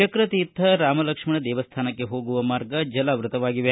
ಚಕ್ರತೀರ್ಥ ರಾಮ ಲಕ್ಷ್ಮಣ ದೇವಸ್ಥಾನಕ್ಕೆ ಹೋಗುವ ಮಾರ್ಗ ಜಲಾವೃತವಾಗಿದೆ